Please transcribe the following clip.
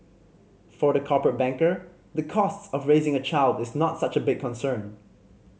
for the corporate banker the costs of raising a child is not such a big concern